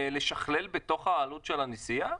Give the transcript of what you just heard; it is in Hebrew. איכשהו בתוך העלות של הנסיעה?